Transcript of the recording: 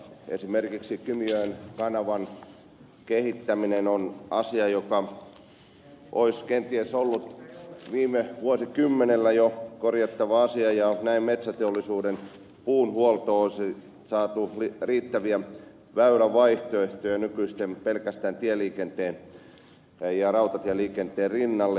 esimerkiksi kymijoen kanavan kehittäminen on asia joka olisi kenties ollut viime vuosikymmenellä jo korjattava asia ja näin metsäteollisuuden puuhuoltoon olisi saatu riittäviä väylävaihtoehtoja nykyisten pelkästään tieliikenteen ja rautatieliikenteen rinnalle